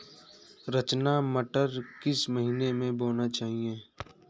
रचना मटर किस महीना में बोना चाहिए?